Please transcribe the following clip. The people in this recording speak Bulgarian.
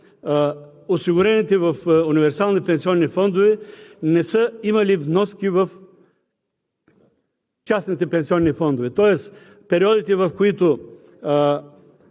осигурените в универсални пенсионни фондове не са имали вноски в частните пенсионни фондове. Тоест периодите, в които